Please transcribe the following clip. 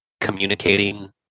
communicating